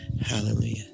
Hallelujah